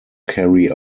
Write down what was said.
carry